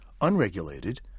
unregulated